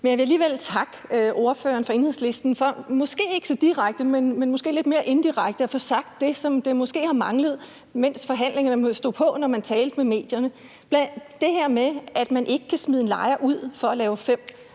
Men jeg vil alligevel takke ordføreren fra Enhedslisten for, at hun – måske ikke så direkte, men lidt mere indirekte – fik sagt det, som måske har manglet, mens forhandlingerne stod på, når man talte med medierne. Det er det her med, at man ikke kan smide en lejer ud for så at lave §